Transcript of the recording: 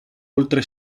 oltre